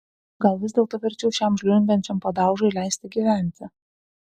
gal vis dėlto verčiau šiam žliumbiančiam padaužai leisti gyventi